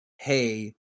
hey